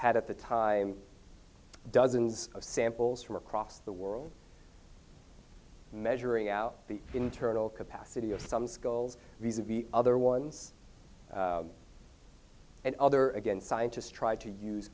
had at the time dozens of samples from across the world measuring out the internal capacity of some skulls the other ones and other again scientists try to use